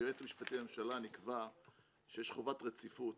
היועץ המשפטי לממשלה נקבע שיש חובת רציפות